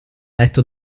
letto